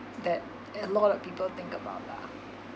that a lot of people think about lah